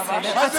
מה זה שר?